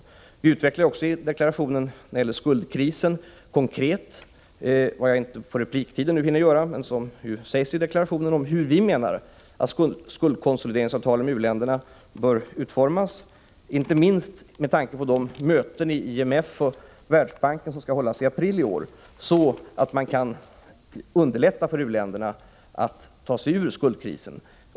När det gäller skuldkrisen utvecklar vi i deklarationen också konkret — något som jag inte hinner göra nu på repliktiden — hur vi menar att skuldkonsolideringsavtalen med u-länderna bör utformas, inte minst med tanke på de möten i IMF och Världsbanken som skall hållas i april i år, så att man kan underlätta för u-länderna att ta sig ur skuldkrisen.